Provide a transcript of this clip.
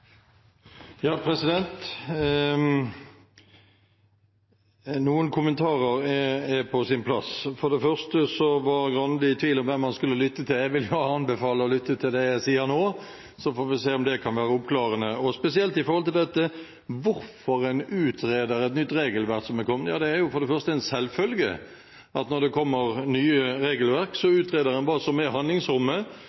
Noen kommentarer er på sin plass. For det første var Grande i tvil om hvem han skulle lytte til. Jeg vil da anbefale å lytte til det jeg sier nå, så får vi se om det kan være oppklarende, spesielt med hensyn til hvorfor en utreder et nytt regelverk. Det er for det første en selvfølge at når det kommer nye regelverk,